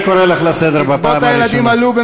אני קורא אותך לסדר בפעם הראשונה.